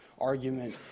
argument